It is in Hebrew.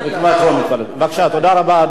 בקריאה טרומית.